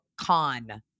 con